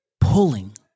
pulling